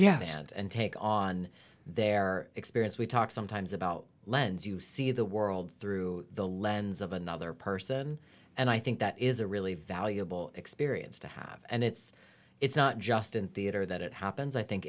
understand and take on their experience we talk sometimes about lens you see the world through the lens of another person and i think that is a really valuable experience to have and it's it's not just in theatre that it happens i think